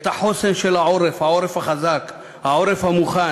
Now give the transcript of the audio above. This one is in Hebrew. את החוסן של העורף, העורף החזק, העורף המוכן.